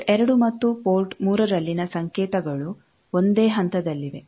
port 2 ಮತ್ತು port 3 ರಲ್ಲಿನ ಸಂಕೇತಗಳು ಒಂದೇ ಹಂತದಲ್ಲಿವೆ